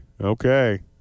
Okay